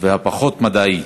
והפחות מדעי: